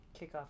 Kickoff